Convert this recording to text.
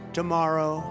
tomorrow